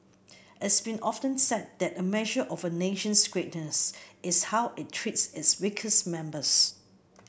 it's been often said that a measure of a nation's greatness is how it treats its weakest members